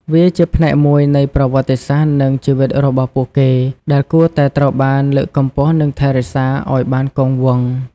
វាជាផ្នែកមួយនៃប្រវត្តិសាស្រ្ត និងជីវិតរបស់ពួកគេដែលគួរតែត្រូវបានលើកកម្ពស់និងថែរក្សាឲ្យបានគង់វង្ស។